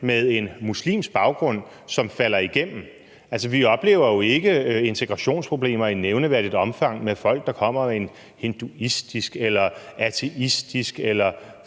med en muslimsk baggrund, som falder igennem? Vi oplever jo ikke integrationsproblemer i nævneværdigt omfang med folk, der kommer med en hinduistisk eller ateistisk eller